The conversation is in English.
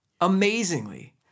Amazingly